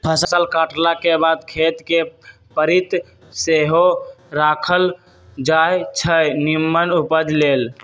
फसल काटलाके बाद खेत कें परति सेहो राखल जाई छै निम्मन उपजा लेल